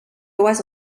was